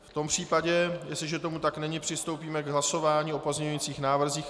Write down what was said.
V tom případě, jestliže tomu tak není, přistoupíme k hlasování o pozměňujících návrzích.